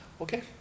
Okay